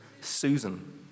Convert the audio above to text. Susan